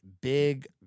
Big